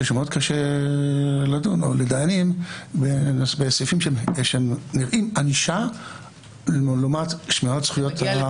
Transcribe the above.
זה מאוד קשה לדיינים לדון בסעיפים שנראים ענישה לעומת שמירת זכויות.